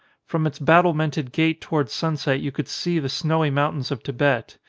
from its battlemented gate towards sunset you could see the snowy mountains of tibet.